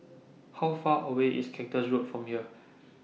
How Far away IS Cactus Road from here